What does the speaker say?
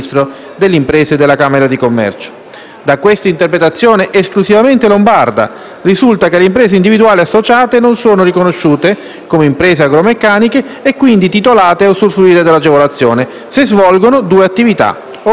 Da questa interpretazione, esclusivamente lombarda, risulta che le imprese individuali associate non sono riconosciute come imprese agromeccaniche e, quindi, titolate a usufruire della agevolazione, se svolgono due attività: ovvero quella diretta e quella per conto terzi.